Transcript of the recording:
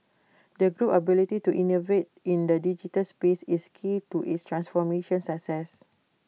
the group ability to innovate in the digital space is key to its transformation success